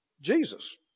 Jesus